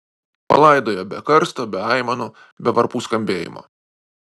palaidojo be karsto be aimanų be varpų skambėjimo